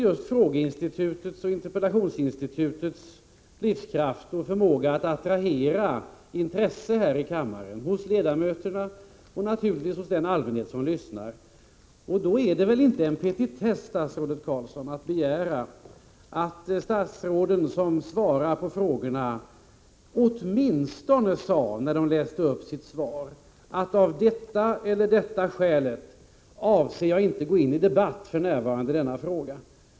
Det är riktigt att detta gäller just frågeinstitutets livskraft och förmåga att Om besvarandet av sttranera intresse här i jaromaren KOR Jedamöteris och naturligtvis hos den interpellationer i allmänhet som lyssnar. Då är det väl inte en petitess, statsrådet Carlsson, att riksdagen begära att de statsråd som svarar på frågorna eller interpellationerna åtminstone sade när de läste upp sitt svar: Av detta eller detta skäl avser jag f.n. inte gå in i debatt i denna fråga.